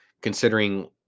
considering